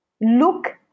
look